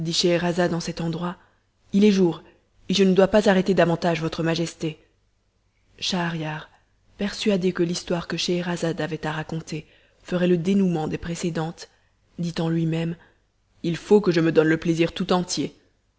scheherazade en cet endroit il est jour et je ne dois pas arrêter davantage votre majesté schahriar persuadé que l'histoire que scheherazade avait à raconter ferait le dénouement des précédentes dit en lui-même il faut que je me donne le plaisir tout entier